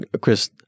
Chris